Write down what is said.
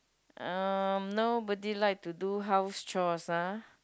um nobody like to do house chores ah